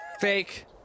Fake